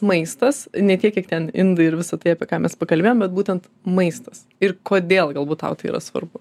maistas ne tiek kiek ten indai ir visa tai apie ką mes pakalbėjom bet būtent maistas ir kodėl galbūt tau tai yra svarbu